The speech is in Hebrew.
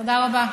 תודה רבה.